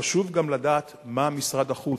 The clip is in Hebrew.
חשוב לדעת מה משרד החוץ,